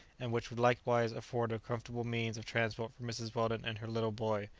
and which would likewise afford a comfortable means of transport for mrs. weldon and her little boy,